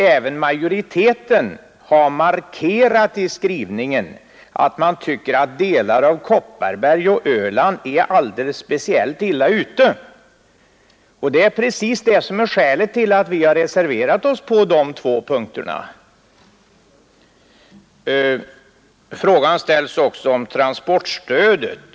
Även majoriteten har i sin skrivning markerat att den tycker att delar av Kopparbergs län och Öland är speciellt illa ute. Det är just skälet till att vi har reserverat oss på de två punkterna. Bengt Fagerlund ställde också en fråga om transportstödet.